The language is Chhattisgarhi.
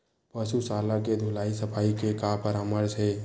पशु शाला के धुलाई सफाई के का परामर्श हे?